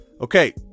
Okay